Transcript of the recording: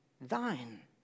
thine